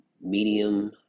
medium